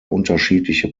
unterschiedliche